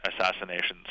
assassinations